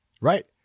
Right